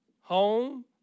home